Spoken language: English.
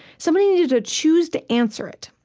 somebody needed to choose to answer it.